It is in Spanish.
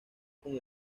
con